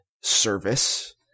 service